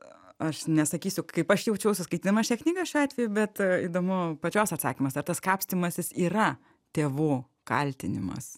aš nesakysiu kaip aš jaučiausi skaitydama šią knygą šiuo atveju bet įdomu pačios atsakymas ar tas kapstymasis yra tėvų kaltinimas